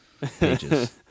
pages